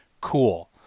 cool